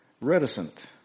reticent